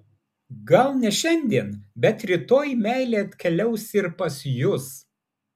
gal ne šiandien bet rytoj meilė atkeliaus ir pas jus